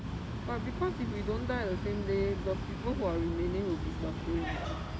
but because if we don't die on the same day the people who are remaining will be suffering [what]